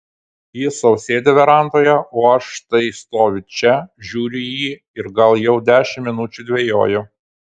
jis sau sėdi verandoje o aš štai stoviu čia žiūriu į jį ir gal jau dešimt minučių dvejoju